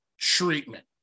treatment